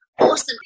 Awesome